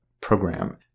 program